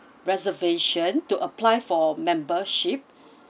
reservation to apply for membership